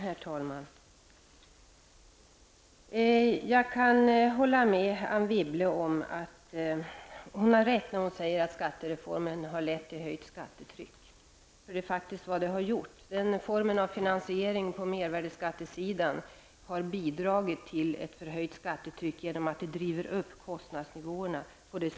Herr talman! Jag kan hålla med Anne Wibble om att skattereformen har lett till höjt skattetryck, det är faktiskt vad den har gjort. Denna form av finansiering på mervärdeskattesidan bidrar till ett förhöjt skattetryck genom att kostnadsnivån drivs upp.